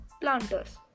planters